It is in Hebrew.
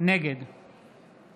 נגד